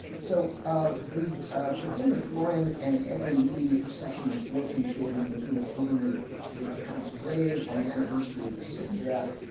so we begin with florian and edmund meeting the procession of orphaned children making a pilgrimage to the count's grave on the anniversary of his sudden death.